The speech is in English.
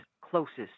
closest